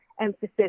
emphasis